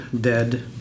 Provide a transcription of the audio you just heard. dead